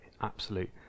absolute